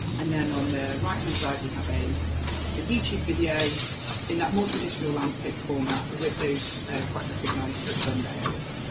and then on the right-hand side we have a ah youtube video in that more traditional landscape format, but with those quite recognisable thumbnails.